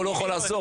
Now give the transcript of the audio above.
הוא לא יכול לעזור.